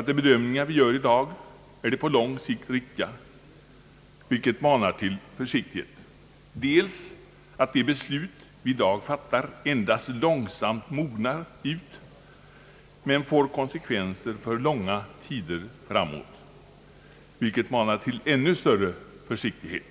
att de bedömningar vi gör är på lång sikt riktiga — vilket manar till försiktighet — och dels på att de beslut riksdagen i dag fattar endast långsamt mognar ut men får konsekvenser för långa tider framåt — vilket manar till ännu större försiktighet.